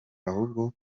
ahubwo